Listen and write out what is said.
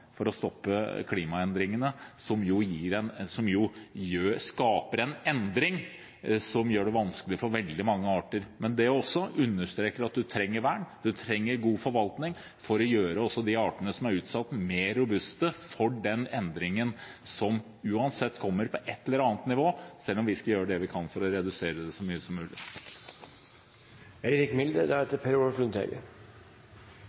vanskelig for veldig mange arter. Men også det understreker at man trenger vern, man trenger god forvaltning for å gjøre også de artene som er utsatt, mer robuste for den endringen som uansett kommer på ett eller annet nivå – selv om vi skal gjøre det vi kan for å redusere den så mye som